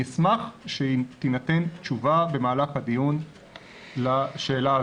אני אשמח שתינתן תשובה במהלך הדיון לשאלה הזו.